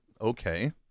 okay